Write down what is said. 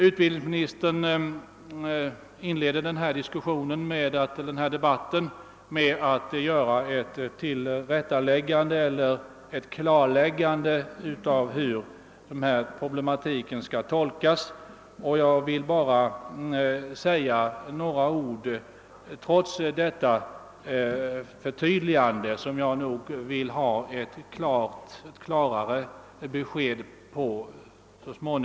Utbildningsministern inledde denna debatt med ett klarläggande av hur de bestämmelser, som där tas upp, skall tolkas. Trots detta förtydligande vill jag nog ha ett klarare besked på denna punkt.